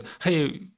Hey